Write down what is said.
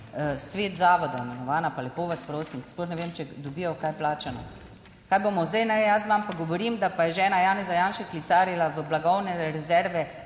svet zavoda imenovana, pa lepo vas prosim, sploh ne vem, če dobijo kaj plačano. Kaj bomo zdaj, jaz vam pa govorim, da pa je žena Janeza Janše klicarila v blagovne rezerve